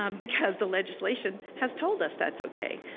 um because the legislation has told us that's okay.